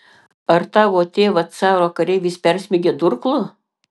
ar tavo tėvą caro kareivis persmeigė durklu